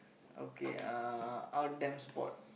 okay uh outdoor sport